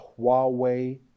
Huawei